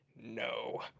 No